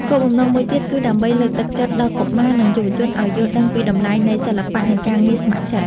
គោលបំណងមួយទៀតគឺដើម្បីលើកទឹកចិត្តដល់កុមារ និងយុវជនឱ្យយល់ដឹងពីតម្លៃនៃសិល្បៈ និងការងារស្ម័គ្រចិត្ត។